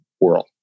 world